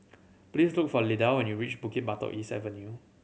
please look for Lyda when you reach Bukit Batok East Avenue